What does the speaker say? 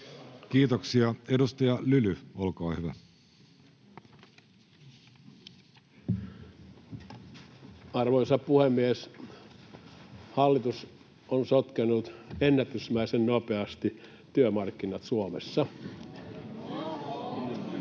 Kiitoksia. — Edustaja Lyly, olkaa hyvä. Arvoisa puhemies! Hallitus on sotkenut ennätysmäisen nopeasti työmarkkinat Suomessa.